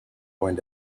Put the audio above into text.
going